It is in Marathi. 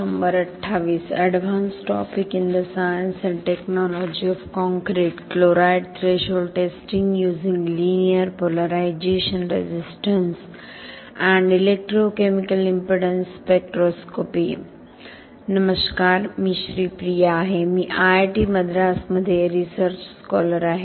नमस्कार मी श्रीप्रिया आहे मी आयआयटी मद्रासमध्ये रिसर्च स्कॉलर आहे